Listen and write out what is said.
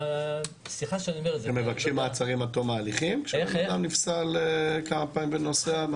אתם מבקשים מעצרים עד תום ההליכים כשאדם נפסל כמה פעמים וממשיך לנסוע?